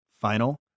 final